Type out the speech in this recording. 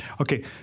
Okay